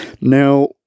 Now